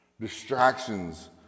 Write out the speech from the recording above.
distractions